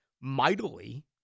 mightily